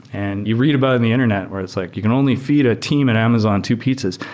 and you read about in the internet where it's like, you can only feed a team at amazon two pizzas.